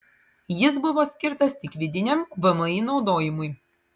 jis buvo skirtas tik vidiniam vmi naudojimui